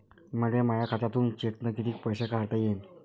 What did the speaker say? मले माया खात्यातून चेकनं कितीक पैसे काढता येईन?